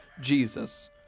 Jesus